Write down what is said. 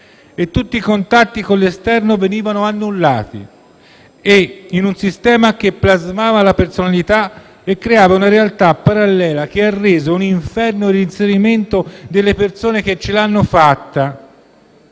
Tutti i contatti con l'esterno venivano annullati in un sistema che plasmava la personalità e creava una realtà parallela che ha reso un inferno l'inserimento delle persone che ce l'hanno fatta